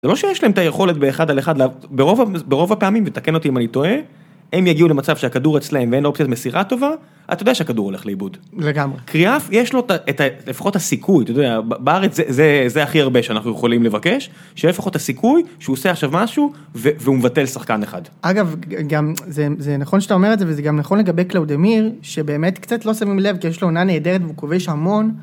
זה לא שיש להם את היכולת באחד על אחד, ברוב הפעמים, ותקן אותי אם אני טועה, הם יגיעו למצב שהכדור אצלהם ואין לו אופציה מסירה טובה, אתה יודע שהכדור הולך לאיבוד. לגמרי. קריאף, יש לו את לפחות הסיכוי, אתה יודע, בארץ זה הכי הרבה שאנחנו יכולים לבקש, שיהיה לפחות הסיכוי שהוא עושה עכשיו משהו, והוא מבטל שחקן אחד. אגב, גם זה נכון שאתה אומר את זה, וזה גם נכון לגבי קלאודמיר, שבאמת קצת לא שמים לב, כי יש לו עונה נהדרת והוא כובש המון.